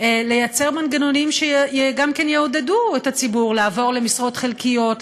לייצר מנגנונים שגם כן יעודדו את הציבור לעבור למשרות חלקיות,